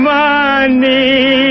money